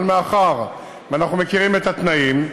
אבל מאחר שאנחנו מכירים את התנאים,